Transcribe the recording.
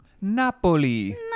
Napoli